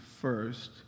first